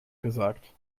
gesagt